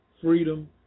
freedom